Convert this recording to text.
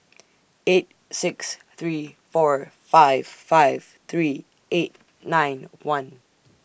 eight six three four five five three eight nine one